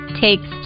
Takes